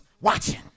watching